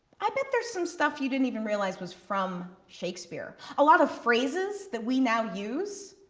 i bet there's some stuff you didn't even realize was from shakespeare. a lot of phrases that we now use,